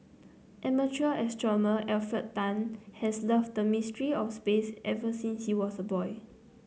amateur astronomer Alfred Tan has loved the mysteries of space ever since he was a boy